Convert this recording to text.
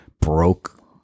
broke